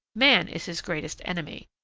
man is his greatest enemy.